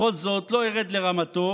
בכל זאת, לא ארד לרמתו